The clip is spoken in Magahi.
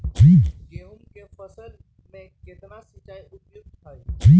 गेंहू के फसल में केतना सिंचाई उपयुक्त हाइ?